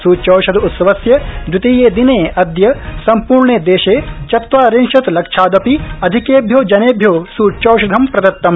सूच्यौषध उत्सवस्य दवितीये दिने अद्य सम्पूर्णे देशे चत्वारिंशत् लक्षादपि अधिकेभ्यो जनेभ्यो सूच्यौषधं प्रदत्तम्